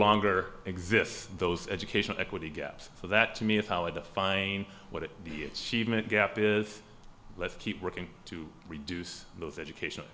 longer exists those education equity gaps for that to me is how i define what the achievement gap is let's keep working to reduce those education